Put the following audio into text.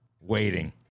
waiting